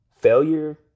failure